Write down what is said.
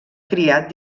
criat